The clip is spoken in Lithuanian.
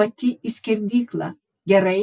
pati į skerdyklą gerai